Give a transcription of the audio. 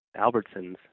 Albertsons